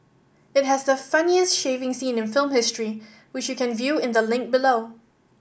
it has the funniest shaving scene in film history which you can view in the link below